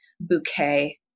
bouquet